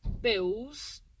bills